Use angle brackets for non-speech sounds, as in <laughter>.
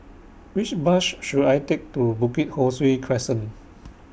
Which Bus <noise> should I Take to Bukit Ho Swee Crescent